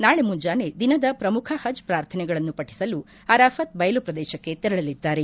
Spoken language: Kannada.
ನಾಳೆ ಮುಂಜಾನೆ ದಿನದ ಪ್ರಮುಖ ಪಜ್ ಪ್ರಾರ್ಥನೆಗಳನ್ನು ಪಠಿಸಲು ಅರಾಫತ್ ಬಯಲು ಪ್ರದೇಶಕ್ಕೆ ತೆರಳಲಿದ್ದಾರೆ